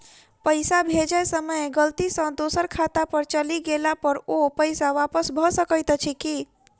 पैसा भेजय समय गलती सँ दोसर खाता पर चलि गेला पर ओ पैसा वापस भऽ सकैत अछि की?